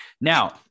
Now